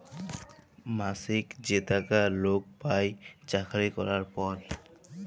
মাছিক যে টাকা লক পায় চাকরি ক্যরার পর